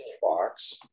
box